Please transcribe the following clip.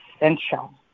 essential